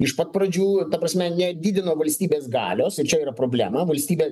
iš pat pradžių ta prasme nedidino valstybės galios čia yra problema valstybė